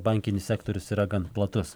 bankinis sektorius yra gan platus